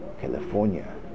California